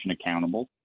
accountable